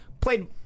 Played